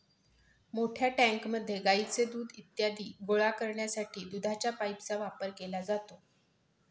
मोठ्या टँकमध्ये गाईचे दूध इत्यादी गोळा करण्यासाठी दुधाच्या पाइपलाइनचा वापर केला जातो